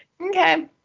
Okay